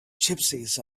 gypsies